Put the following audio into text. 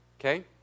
Okay